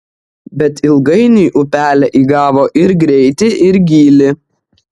bet ilgainiui upelė įgavo ir greitį ir gylį